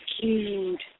cute